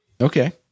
Okay